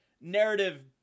narrative –